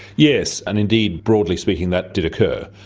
yes, and indeed broadly speaking that did occur.